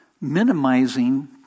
minimizing